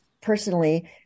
personally